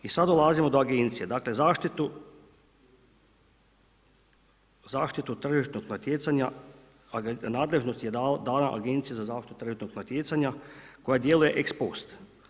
I sad dolazimo do agencije, dakle zaštitu tržišnog natjecanja nadležnost je dana Agenciji za zaštitu tržišnog natjecanja koja djeluje ex post.